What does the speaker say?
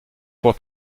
pour